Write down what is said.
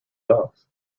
dogs